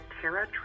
Terra